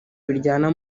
biryana